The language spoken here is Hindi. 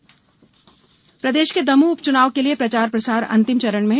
दमोह उप चुनाव प्रदेश के दमोह उप चुनाव के लिए प्रचार प्रसार अंतिम चरण में है